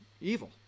evil